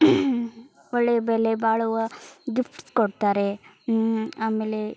ಒಳ್ಳೆಯ ಬೆಲೆ ಬಾಳುವ ಗಿಫ್ಟ್ಸ್ ಕೊಡ್ತಾರೆ ಆಮೇಲೆ